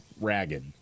ragged